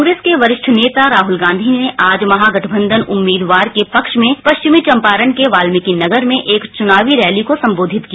कांग्रेस के वरिष्ठ नेता राहुल गांधी ने आज महागठबंधन उम्मीदवार के पक्ष में पश्चिमी चंपारण के वाल्मीकी नगर में एक चुनावी रैली को संबोधित किया